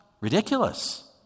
ridiculous